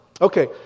Okay